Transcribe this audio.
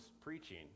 preaching